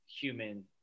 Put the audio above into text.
human